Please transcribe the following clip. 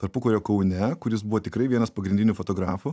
tarpukario kaune kuris buvo tikrai vienas pagrindinių fotografų